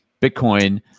Bitcoin